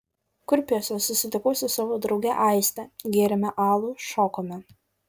kurpiuose susitikau su savo drauge aiste gėrėme alų šokome